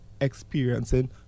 experiencing